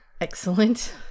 Excellent